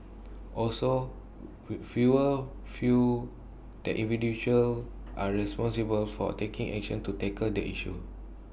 also fewer feel that individuals are responsible for taking action to tackle the issue